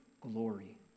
glory